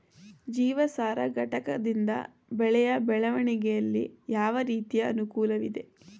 ಜೀವಸಾರ ಘಟಕದಿಂದ ಬೆಳೆಯ ಬೆಳವಣಿಗೆಯಲ್ಲಿ ಯಾವ ರೀತಿಯ ಅನುಕೂಲವಿದೆ?